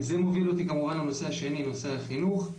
זה מוביל אותי לנושא השני, נושא החינוך.